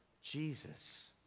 Jesus